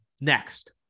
Next